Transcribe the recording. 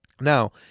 Now